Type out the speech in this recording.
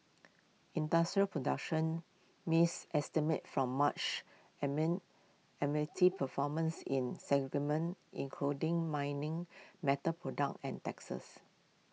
industrial production missed estimates from March amid performance in segments including mining metal products and textiles